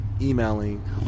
emailing